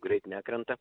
greit nekrenta